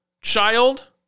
child